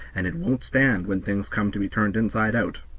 and it won't stand when things come to be turned inside out.